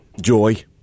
joy